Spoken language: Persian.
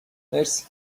مرسی